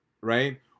right